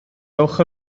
ewch